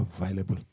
available